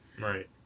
Right